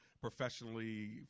professionally